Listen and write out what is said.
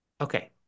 Okay